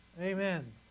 Amen